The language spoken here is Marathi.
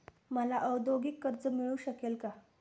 मला औद्योगिक कर्ज मिळू शकेल का?